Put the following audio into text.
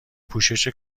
پوشش